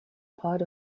part